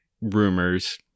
rumors